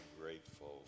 grateful